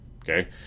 Okay